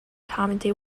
committee